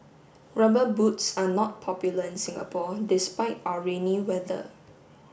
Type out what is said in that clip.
rubber boots are not popular in Singapore despite our rainy weather